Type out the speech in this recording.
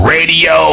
Radio